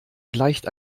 gleicht